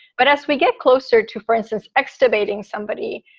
but as we get closer to, for instance, x debating somebody,